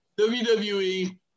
WWE